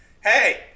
hey